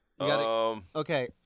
Okay